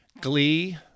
Glee